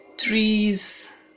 trees